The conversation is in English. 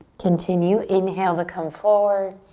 continue, inhale to come forward.